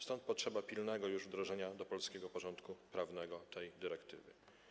Stąd potrzeba pilnego już wdrożenia do polskiego porządku prawnego tej dyrektywy.